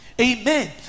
amen